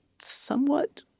somewhat